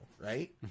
right